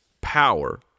power